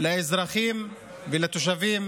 לאזרחים ולתושבים